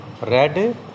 Red